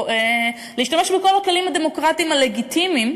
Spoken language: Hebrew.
להשתמש בכל הכלים הדמוקרטיים הלגיטימיים